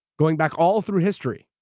going back all through history,